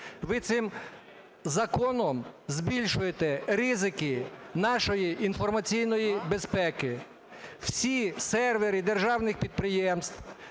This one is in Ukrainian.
Ви цим законом збільшуєте ризики нашої інформаційної безпеки. Всі сервери державних підприємств,